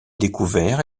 découvert